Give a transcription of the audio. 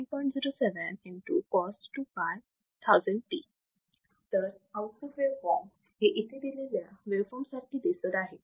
तर output waveform ही इथे दिलेल्या वेवफॉर्म सारखी दिसत आहे